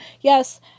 yes